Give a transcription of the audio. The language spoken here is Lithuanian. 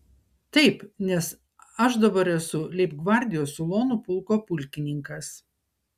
taip nes aš dabar esu leibgvardijos ulonų pulko pulkininkas